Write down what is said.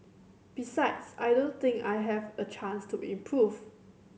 besides I don't think I have a chance to improve